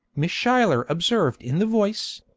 miss schuyler observed in the voice,